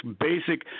basic